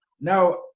now